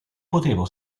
potevo